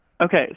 Okay